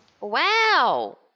Wow